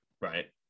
Right